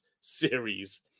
series